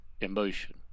emotion